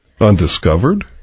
undiscovered